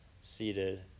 seated